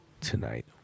tonight